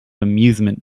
amusement